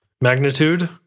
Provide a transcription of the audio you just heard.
magnitude